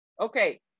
Okay